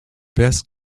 best